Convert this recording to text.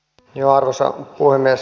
arvoisa puhemies